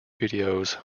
videos